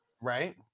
Right